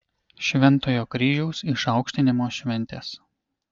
šventojo kryžiaus išaukštinimo šventės